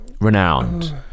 renowned